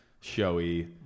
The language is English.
showy